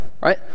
right